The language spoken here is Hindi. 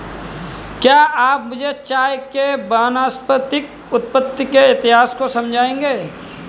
क्या आप मुझे चाय के वानस्पतिक उत्पत्ति के इतिहास को समझाएंगे?